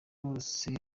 rwose